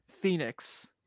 Phoenix